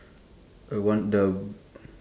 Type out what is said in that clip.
a one the